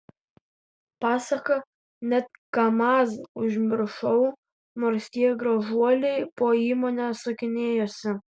pasaka net kamaz užmiršau nors tie gražuoliai po įmonę sukinėjosi